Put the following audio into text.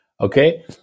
Okay